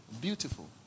Beautiful